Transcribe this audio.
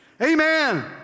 Amen